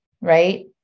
right